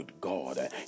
God